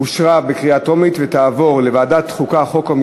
אושרה בקריאה טרומית ותועבר לוועדת החוקה,